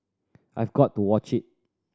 I've got to watch it